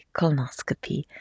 colonoscopy